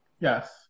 yes